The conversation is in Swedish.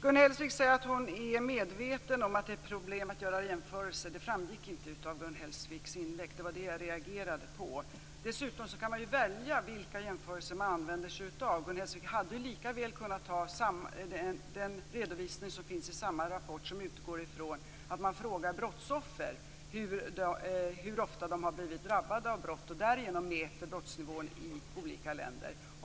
Gun Hellsvik sade att hon var medveten om att det är problematiskt att göra jämförelser. Det framgick inte av hennes inlägg, och det var det jag reagerade på. Dessutom kan man ju välja vilka jämförelser man använder sig av. Gun Hellsvik hade lika väl kunnat välja den redovisning som finns i samma rapport, där man frågar brottsoffer hur ofta de blivit drabbade av brott och därigenom mäter brottsnivån i olika länder.